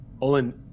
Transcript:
olin